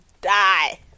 die